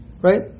right